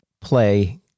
play